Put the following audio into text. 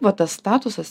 va tas statusas